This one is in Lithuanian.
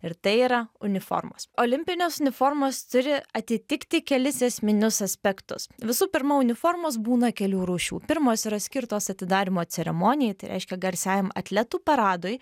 ir tai yra uniformos olimpinės uniformos turi atitikti kelis esminius aspektus visų pirma uniformos būna kelių rūšių pirmos yra skirtos atidarymo ceremonijai tai reiškia garsiajam atletų paradui